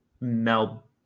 Mel